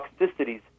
toxicities